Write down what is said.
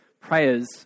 prayers